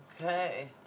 Okay